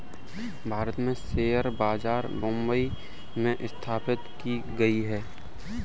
भारत में शेयर बाजार मुम्बई में स्थापित की गयी है